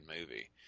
movie